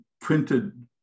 printed